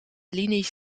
linies